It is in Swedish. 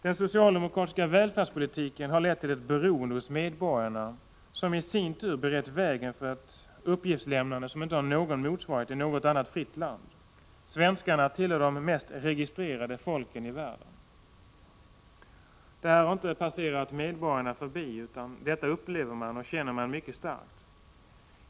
Den socialdemokratiska välfärdspolitiken har lett till ett beroende hos medborgarna, som i sin tur har berett vägen för ett uppgiftslämnande som inte har någon motsvarighet i något annat fritt land. Svenskarna tillhör de mest registrerade folken i världen. Detta har inte passerat medborgarna förbi, utan det upplever och känner de mycket starkt.